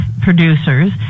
producers